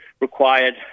required